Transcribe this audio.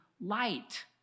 Light